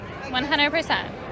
100%